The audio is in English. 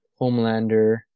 Homelander